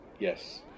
Yes